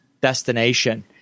destination